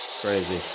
Crazy